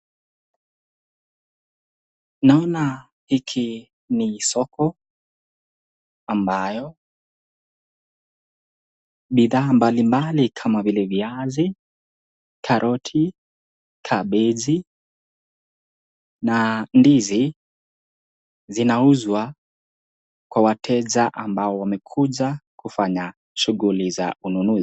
Naona hiki ni soko ambayo bidhaa mbalimbali kama vile viazi, karoti, kabichi na ndizi zinauzwa kwa wateja ambao wamekuja kufanya shughuli za ununuzi.